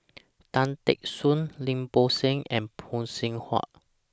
Tan Teck Soon Lim Bo Seng and Phay Seng Whatt